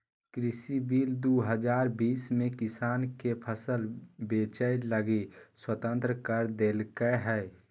कृषि बिल दू हजार बीस में किसान के फसल बेचय लगी स्वतंत्र कर देल्कैय हल